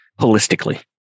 holistically